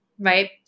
right